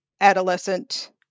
adolescent